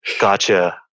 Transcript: Gotcha